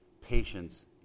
patience